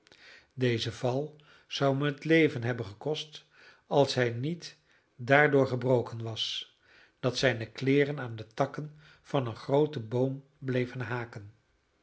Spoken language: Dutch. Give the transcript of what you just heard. deze val zou hem het leven hebben gekost als hij niet daardoor gebroken was dat zijne kleeren aan de takken van een grooten boom bleven haken